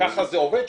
ככה זה עובד?